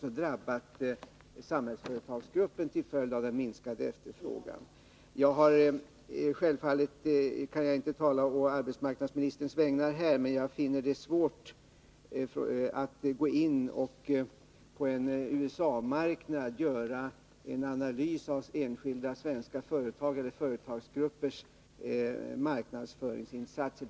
drabbat också Samhällsföretagsgruppen till följd av den minskade efterfrågan. Självfallet kan jag här inte tala å arbetsmarknadsministerns vägnar, men som jag ser det är det svårt att gå in på en USA-marknad och göra en analys av enskilda svenska företags eller företagsgruppers marknadsföringsinsatser.